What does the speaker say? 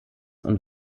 und